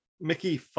mickey